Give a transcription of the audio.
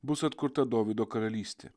bus atkurta dovydo karalystė